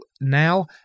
now